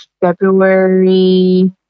February